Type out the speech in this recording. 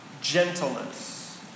gentleness